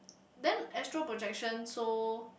then astral projection so